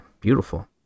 beautiful